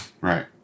right